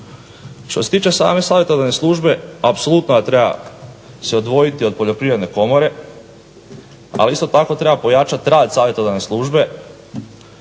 Što se tiče same Savjetodavne službe apsolutno treba se odvojiti od Poljoprivredne komore, ali isto tako treba pojačati rad Savjetodavne službe